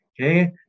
okay